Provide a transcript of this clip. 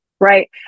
Right